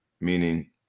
meaning